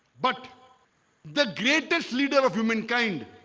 but the greatest leader of humankind